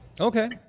Okay